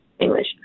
English